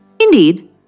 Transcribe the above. Indeed